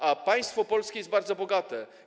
A państwo polskie jest bardzo bogate.